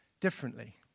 differently